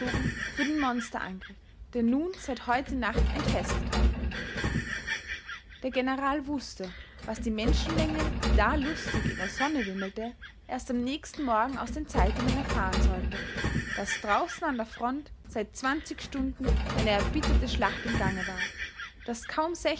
für den monstreangriff der nun seit heute nacht entfesselt war der general wußte was die menschenmenge die da lustig in der sonne wimmelte erst am nächsten morgen aus den zeitungen erfahren sollte daß draußen an der front seit zwanzig stunden eine erbitterte schlacht im gange war daß kaum